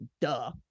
duh